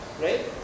right